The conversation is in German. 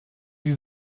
die